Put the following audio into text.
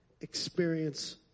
experience